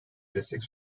destek